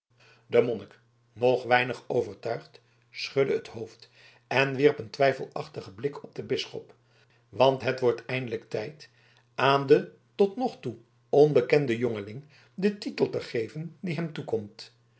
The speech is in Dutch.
de monnik nog weinig overtuigd schudde het hoofd en wierp een twijfelachtigen blik op den bisschop want het wordt eindelijk tijd aan den tot nog toe onbekenden jongeling den titel te geven die hem toekomt